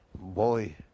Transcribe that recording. boy